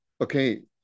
okay